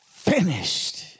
Finished